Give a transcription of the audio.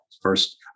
first